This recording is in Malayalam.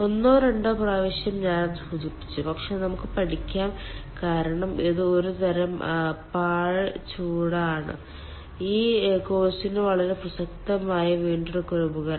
ഒന്നോ രണ്ടോ പ്രാവശ്യം ഞാൻ അത് സൂചിപ്പിച്ചു പക്ഷേ നമുക്ക് പഠിക്കാം കാരണം ഇത് ഒരുതരം പാഴ് ചൂടാണ് ഈ കോഴ്സിന് വളരെ പ്രസക്തമായ വീണ്ടെടുക്കൽ ഉപകരണം